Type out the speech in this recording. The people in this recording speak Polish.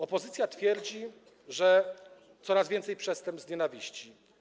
Opozycja twierdzi, że coraz więcej jest przestępstw z nienawiści.